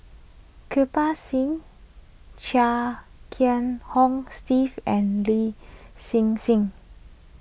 Kirpal Singh Chia Kiah Hong Steve and Lin Hsin Hsin